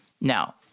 Now